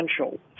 essential